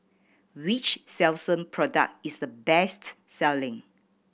which Selsun product is the best selling